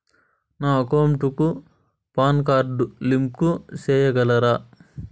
నా అకౌంట్ కు PAN card link సేయగలరా?